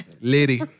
Liddy